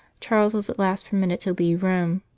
charles was at last permitted to leave rome.